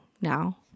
now